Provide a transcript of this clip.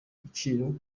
agaciro